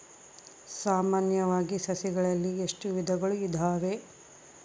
ಸಾಮಾನ್ಯವಾಗಿ ಸಸಿಗಳಲ್ಲಿ ಎಷ್ಟು ವಿಧಗಳು ಇದಾವೆ?